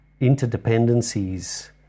interdependencies